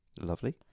Lovely